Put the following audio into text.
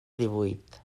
divuit